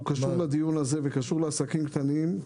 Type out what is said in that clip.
הוא קשור לדיון הזה וקשור לעסקים קטנים,